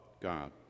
God